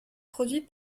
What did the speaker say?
produit